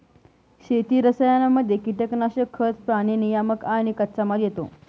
शेती रसायनांमध्ये कीटनाशक, खतं, प्राणी नियामक आणि कच्चामाल येतो